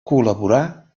col·laborà